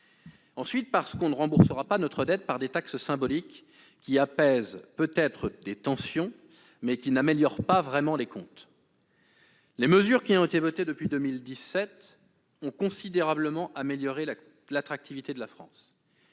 ailleurs, nous ne rembourserons pas notre dette par des taxes symboliques, qui apaisent peut-être des tensions, mais n'améliorent pas vraiment les comptes. Les mesures qui ont été votées depuis 2017 ont considérablement amélioré l'attractivité de la France.